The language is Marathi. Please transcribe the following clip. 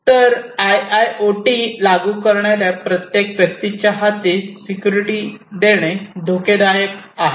तर आयआयओटी लागू करणाऱ्या प्रत्येक व्यक्तीच्या हाती सिक्युरिटी देणे धोकादायक आहे